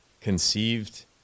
conceived